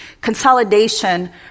consolidation